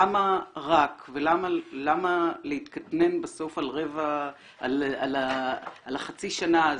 למה רק ולמה להתקטנן בסוף על החצי שנה הזאת.